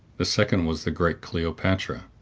the second was the great cleopatra,